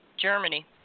Germany